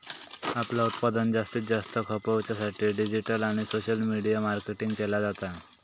आपला उत्पादन जास्तीत जास्त खपवच्या साठी डिजिटल आणि सोशल मीडिया मार्केटिंग केला जाता